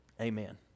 Amen